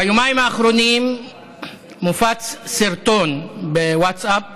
ביומיים האחרונים מופץ סרטון בווטסאפ,